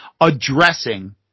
addressing